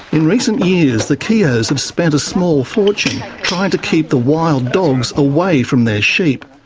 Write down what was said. in recent years, the keoghs have spent a small fortune trying to keep the wild dogs away from their sheep.